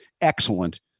excellent